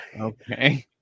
okay